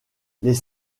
les